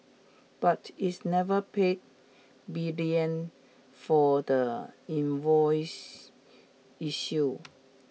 but it's never paid Brilliant for the invoice issue